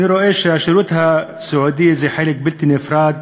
אני רואה בשירות הסיעודי חלק בלתי נפרד